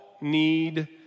need